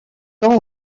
temps